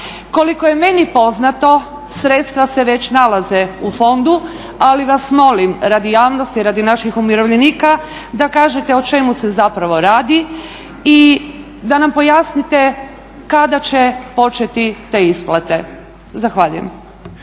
Koliko je meni poznato sredstva se već nalaze u fondu ali vas molim radi javnosti, radi naših umirovljenika da kažete o čemu se zapravo radi i da nam pojasnite kada će početi te isplate. Zahvaljujem.